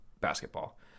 basketball